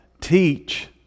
teach